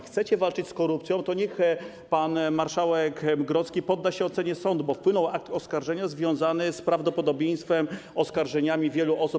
Chcecie walczyć z korupcją, to niech pan marszałek Grodzki podda się ocenie sądu, bo wpłynął akt oskarżenia związany z prawdopodobieństwem, oskarżeniami wielu osób.